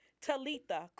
Talitha